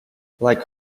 like